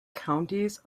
counties